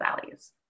values